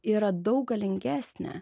yra daug galingesnė